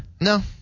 No